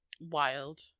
Wild